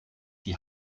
die